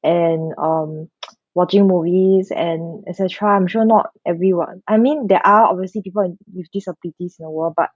and um watching movies and et cetera I'm sure not everyone I mean there are obviously people with disabilities in the world but